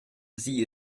sie